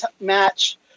match